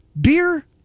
beer